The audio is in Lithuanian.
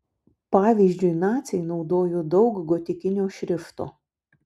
pavyzdžiui naciai naudojo daug gotikinio šrifto